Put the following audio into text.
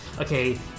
okay